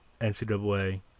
NCAA